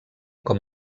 com